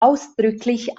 ausdrücklich